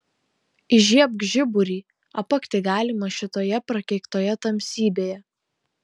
įžiebk žiburį apakti galima šitoje prakeiktoje tamsybėje